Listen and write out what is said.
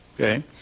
Okay